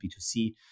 B2C